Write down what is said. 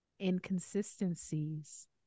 Inconsistencies